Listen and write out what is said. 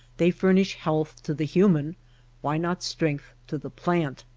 they furnish health to the human why not strength to the plant?